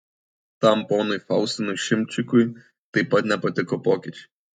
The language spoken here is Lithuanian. tam ponui faustinui šimčikui taip pat nepatiko pokyčiai